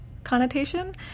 connotation